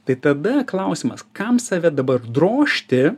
tai tada klausimas kam save dabar drožti